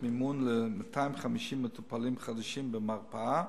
מימון ל-250 מטופלים חדשים במרפאה.